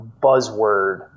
buzzword